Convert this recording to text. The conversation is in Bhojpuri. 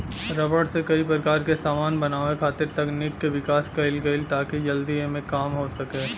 रबर से कई प्रकार क समान बनावे खातिर तकनीक के विकास कईल गइल ताकि जल्दी एमे काम हो सके